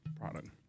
product